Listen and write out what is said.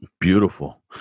Beautiful